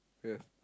yeah